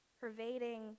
pervading